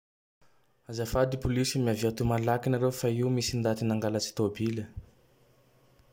Azafady Polisy miavia atoy malaky nareo fa io misy ndaty nangalatsy tôbile!